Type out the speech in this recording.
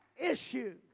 issue